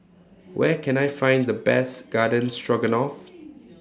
Where Can I Find The Best Garden Stroganoff